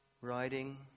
Riding